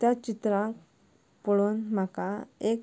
ते चित्रां पळोवन म्हाका एक